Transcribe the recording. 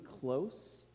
close